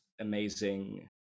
amazing